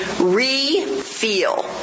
re-feel